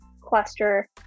cluster